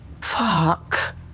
Fuck